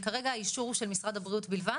כרגע האישור הוא של משרד הבריאות בלבד?